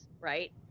right